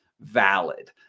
valid